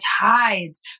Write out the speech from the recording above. tides